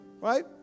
Right